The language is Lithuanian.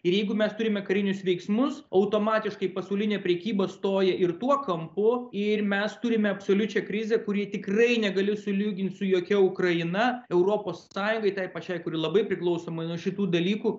ir jeigu mes turime karinius veiksmus automatiškai pasaulinė prekyba stoja ir tuo kampu ir mes turime absoliučią krizę kuri tikrai negaliu sulygint su jokia ukraina europos sąjungai tai pačiai kuri labai priklausoma nuo šitų dalykų